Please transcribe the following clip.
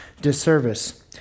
disservice